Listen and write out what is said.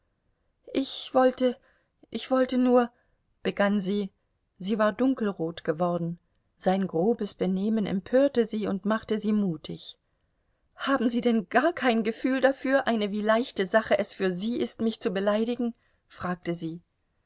ich wollte ich wollte nur begann sie sie war dunkelrot geworden sein grobes benehmen empörte sie und machte sie mutig haben sie denn gar kein gefühl dafür eine wie leichte sache es für sie ist mich zu beleidigen fragte sie